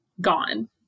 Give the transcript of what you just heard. gone